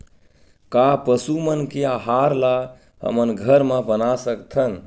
का पशु मन के आहार ला हमन घर मा बना सकथन?